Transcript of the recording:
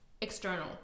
external